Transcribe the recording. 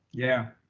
yeah.